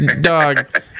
dog